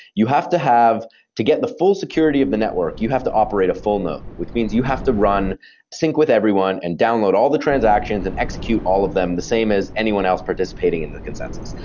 you have to have to get the full security of the network, you have to operate a full node, which means you have to run sync with everyone and download all the transactions and execute all of them the same as anyone else participating in that consensus.